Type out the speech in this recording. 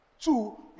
Two